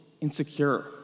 insecure